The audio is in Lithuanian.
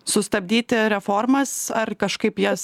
sustabdyti reformas ar kažkaip jas